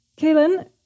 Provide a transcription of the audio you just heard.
Kaylin